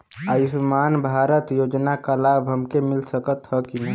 आयुष्मान भारत योजना क लाभ हमके मिल सकत ह कि ना?